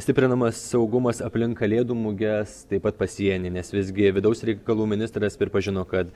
stiprinamas saugumas aplink kalėdų muges taip pat pasieny nes visgi vidaus reikalų ministras pripažino kad